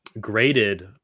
graded